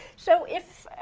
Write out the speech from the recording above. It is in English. so if